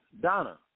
Donna